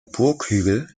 burghügel